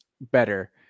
better